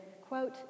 quote